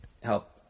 help